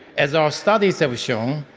as our studies have shown,